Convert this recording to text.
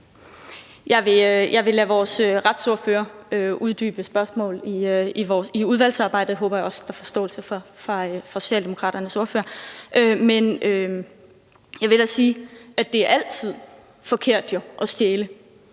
Jeg vil lade vores retsordfører uddybe det i udvalgsarbejdet, og det håber jeg også der er forståelse for fra Socialdemokraternes ordfører. Men jeg vil da sige, at det jo altid er forkert at stjæle.